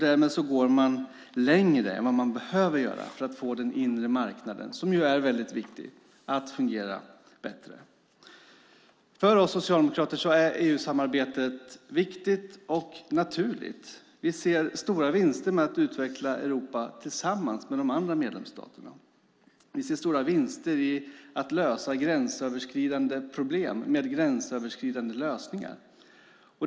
Därmed går man längre än vad man behöver göra för att få den inre marknaden, som ju är väldigt viktig, att fungera bättre. För oss socialdemokrater är EU-samarbetet viktig och naturligt. Vi ser stora vinster med att utveckla Europa tillsammans med de andra medlemsstaterna. Vi ser stora vinster i att åtgärda gränsöverskridande problem med gränsöverskridande lösningar.